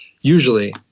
usually